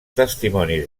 testimonis